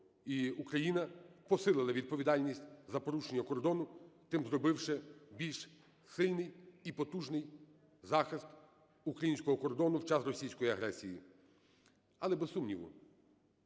Україна посилила відповідальність за порушення кордону, тим зробивши більш сильний і потужний захист українського кордону в час російської агресії. Але, без сумніву,